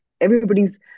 everybody's